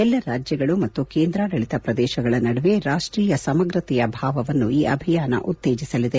ಎಲ್ಲಾ ರಾಜ್ವಗಳು ಮತ್ತು ಕೇಂದ್ರಾಡಳಿತ ಪ್ರದೇಶಗಳ ನಡುವೆ ರಾಷ್ಷೀಯ ಸಮಗ್ರತೆಯ ಭಾವವನ್ನು ಈ ಅಭಿಯಾನ ಉತ್ತೇಜಿಸಲಿದೆ